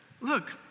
look